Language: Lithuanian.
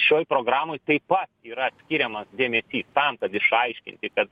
šioj programoj taip pat yra skiriamas dėmesys tam kad išaiškinti kad